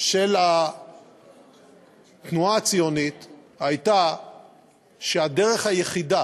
של התנועה הציונית היו שהדרך היחידה